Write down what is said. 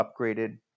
upgraded